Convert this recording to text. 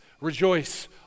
rejoice